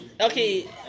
Okay